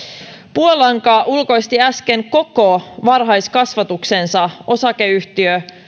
puolanka ulkoisti äsken koko varhaiskasvatuksensa osakeyhtiö